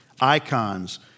Icons